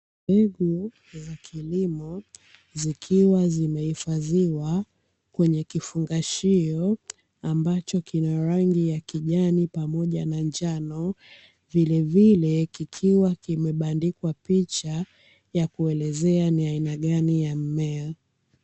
Mbegu za kilimo zikiwa zimehifadhiwa kwenye kifungashio ambacho kina rangi ya kijani pamoja na njano, vilevile kikiwa kimebandikwa picha ya kuelezea ni aina gani ya mmea.